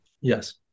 Yes